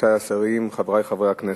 רבותי השרים, חברי חברי הכנסת,